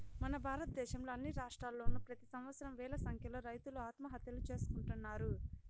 మన భారతదేశంలో అన్ని రాష్ట్రాల్లోనూ ప్రెతి సంవత్సరం వేల సంఖ్యలో రైతులు ఆత్మహత్యలు చేసుకుంటున్నారు